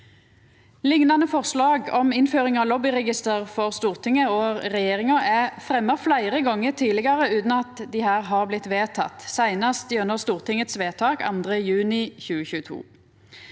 Liknande forslag om innføring av lobbyregister for Stortinget og regjeringa er fremja fleire gonger tidlegare utan at dei er blitt vedtekne, seinast gjennom Stortingets vedtak av 2. juni 2022.